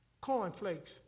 Cornflakes